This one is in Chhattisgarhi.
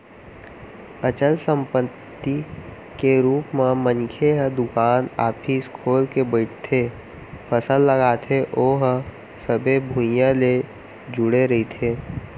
अचल संपत्ति के रुप म मनखे ह दुकान, ऑफिस खोल के बइठथे, फसल लगाथे ओहा सबे भुइयाँ ले जुड़े रहिथे